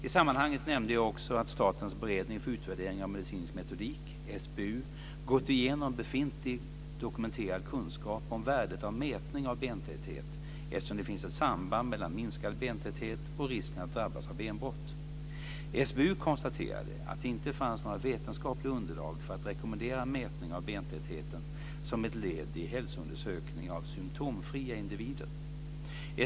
I sammanhanget nämnde jag också att Statens beredning för utvärdering av medicinsk metodik, SBU, gått igenom befintlig dokumenterad kunskap om värdet av mätning av bentäthet, eftersom det finns ett samband mellan minskad bentäthet och risken att drabbas av benbrott. SBU konstaterade att det inte fanns några vetenskapliga underlag för att rekommendera mätning av bentätheten som ett led i hälsoundersökningar av symtomfria individer.